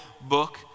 book